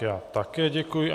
Já také děkuji.